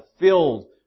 filled